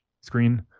screen